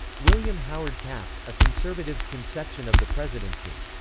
william howard taft a conservative's conception of the presidency.